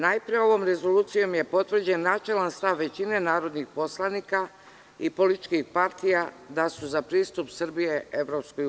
Najpre, ovom rezolucijom je potvrđen načelan stav većine narodnih poslanika i političkih partija da su za pristup Srbije EU.